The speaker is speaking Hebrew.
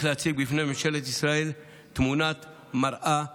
להציב בפני ממשלת ישראל תמונת מראה קשה.